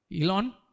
Elon